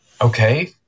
Okay